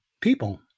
people